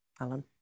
Alan